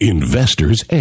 Investor's